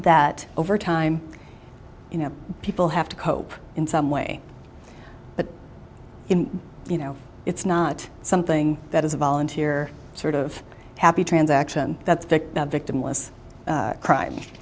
that over time you know people have to cope in some way but you know it's not something that is a volunteer sort of happy transaction that's the victimless crime